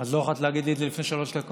אז לא יכולת להגיד את זה לפני שלוש דקות?